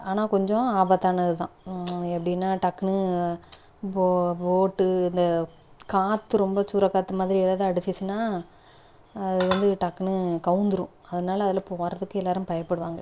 ஆனால் கொஞ்சம் ஆபத்தானது தான் எப்படின்னா டக்குன்னு இப்போ ஓட்டு இந்த காற்று ரொம்ப சூறை காற்று மாதிரி எதாவது அடிச்சிச்சின்னா அது வந்து டக்குனு கவுந்துடும் அதனால் அதில் போகிறதுக்கு எல்லோரும் பயப்படுவாங்க